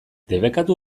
debekatu